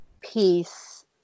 peace